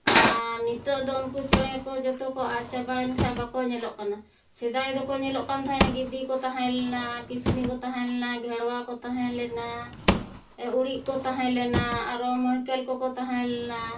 ᱟᱨ ᱱᱤᱛᱳᱜ ᱫᱚ ᱩᱱᱠᱩ ᱪᱮᱬᱮ ᱠᱚ ᱡᱷᱚᱛᱚ ᱠᱚ ᱟᱫ ᱪᱟᱵᱟᱭᱮᱱ ᱠᱷᱟᱱ ᱵᱟᱠᱚ ᱧᱮᱞᱚᱜ ᱠᱟᱱᱟ ᱥᱮᱫᱟᱭ ᱫᱚᱠᱚ ᱧᱮᱞᱚᱜ ᱠᱟᱱ ᱛᱟᱦᱮᱱᱟ ᱜᱤᱫᱤ ᱠᱚ ᱛᱟᱦᱮᱸ ᱞᱮᱱᱟ ᱠᱤᱥᱱᱤ ᱠᱚ ᱛᱟᱦᱮᱸ ᱞᱮᱱᱟ ᱜᱷᱮᱲᱣᱟ ᱠᱚ ᱛᱟᱦᱮᱸ ᱞᱮᱱᱟ ᱩᱲᱤᱡ ᱠᱚ ᱛᱟᱦᱮᱸ ᱞᱮᱱᱟ ᱟᱨᱚ ᱢᱟᱹᱦᱠᱟᱹᱞ ᱠᱚᱠᱚ ᱛᱟᱦᱮᱸ ᱞᱮᱱᱟ